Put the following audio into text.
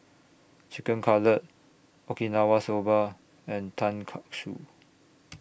Chicken Cutlet Okinawa Soba and Tonkatsu